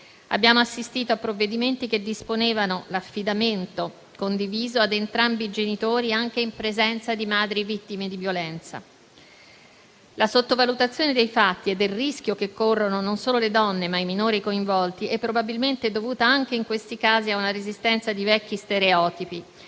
Abbiamo assistito a provvedimenti che disponevano l'affidamento condiviso ad entrambi i genitori, anche in presenza di madri vittime di violenza. La sottovalutazione dei fatti e del rischio che corrono non solo le donne, ma i minori coinvolti è probabilmente dovuta anche in questi casi a una resistenza di vecchi stereotipi